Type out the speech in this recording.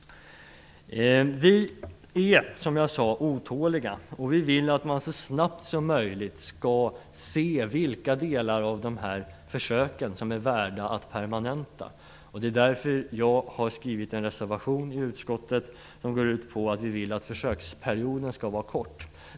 Vi är som jag sade otåliga. Vi vill att man så snabbt som möjligt skall se vilka delar av de här försöken som är värda att permanenta. Det är därför jag har skrivit en reservation till betänkandet som går ut på att vi vill att försöksperioden skall vara kort.